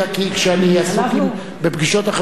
כי כשאני עסוק בפגישות אחרות,